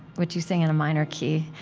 which you sing in a minor key.